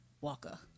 Walker